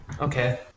Okay